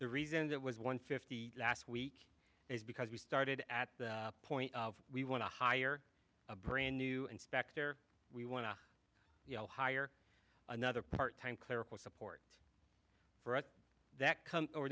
the reason that was one fifty last week is because we started at the point of we want to hire a brand new inspector we want to hire another part time clerical support for it that come o